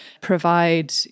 provide